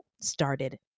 started